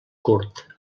curt